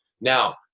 Now